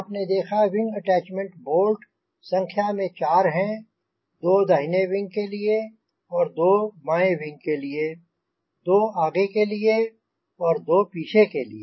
आपने देखा wing attachment bolt संख्या में 4 हैं दो दाहिने विंग के लिए और दो बाएँ विंग के लिए दो आगे के लिए और दो पीछे के लिए